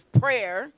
prayer